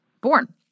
born